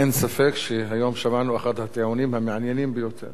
אין ספק שהיום שמענו את אחד הטיעונים המעניינים ביותר